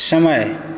समय